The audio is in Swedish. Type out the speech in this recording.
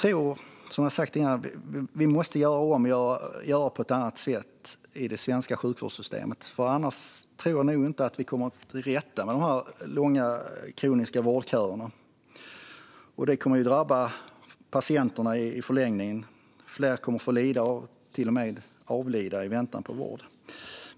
Som jag har sagt tidigare måste vi göra om och göra på ett annat sätt i det svenska sjukvårdssystemet. Annars tror jag inte att vi kommer till rätta med dessa kroniskt långa vårdköer. Det kommer i förlängningen att drabba patienterna. Fler kommer att få lida och till och med avlida i väntan på vård.